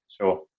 sure